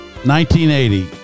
1980